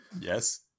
Yes